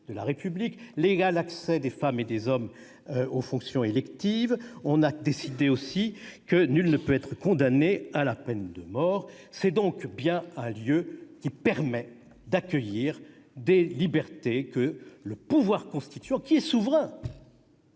de la République, et l'égal accès des femmes et des hommes aux fonctions électives. On a décidé également que nul ne peut être condamné à la peine de mort. La Constitution est donc bien un lieu qui permet d'accueillir des libertés que le pouvoir constituant, qui est souverain